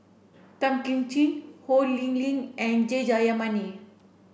Tan Kim Ching Ho Lee Ling and J Jayamani